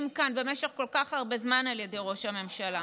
כאן במשך כל כך הרבה זמן על ידי ראש הממשלה.